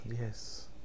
yes